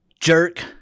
jerk